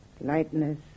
lightness